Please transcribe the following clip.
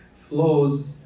flows